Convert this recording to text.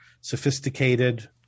sophisticated